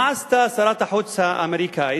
מה עשתה שרת החוץ האמריקנית?